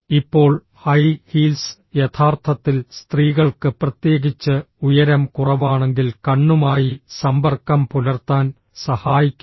ഇപ്പോൾ high heels യഥാർത്ഥത്തിൽ സ്ത്രീകൾക്ക് പ്രത്യേകിച്ച് ഉയരം കുറവാണെങ്കിൽ കണ്ണുമായി സമ്പർക്കം പുലർത്താൻ സഹായിക്കുന്നു